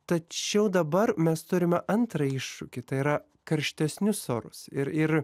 tačiau dabar mes turime antrąjį iššūkį tai yra karštesnius orus ir ir